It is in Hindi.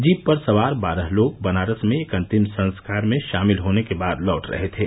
जीप पर सवार बारह लोग बनारस में एक अंतिम संस्कार में शामिल होने के बाद लौट रहे थे